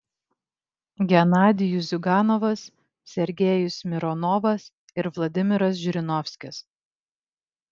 genadijus ziuganovas sergejus mironovas ir vladimiras žirinovskis